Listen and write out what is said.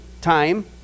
time